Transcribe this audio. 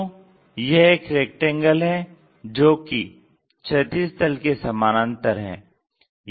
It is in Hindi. तो यह एक रैक्टेंगल है जो कि क्षैतिज तल के समानांतर है